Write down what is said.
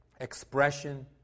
expression